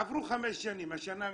עברו חמש שנים, השנה נגמרת,